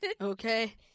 Okay